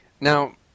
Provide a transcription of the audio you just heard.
now